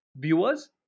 viewers